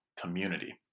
community